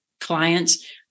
clients